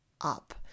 up